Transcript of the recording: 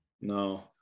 No